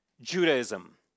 Judaism